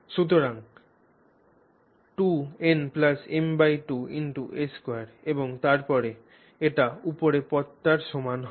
সুতরাং 2n m2 x a2 এবং তারপরে এটি উপরের পদটির সমান করব